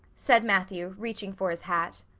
said matthew, reaching for his hat.